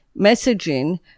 messaging